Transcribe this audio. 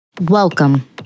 Welcome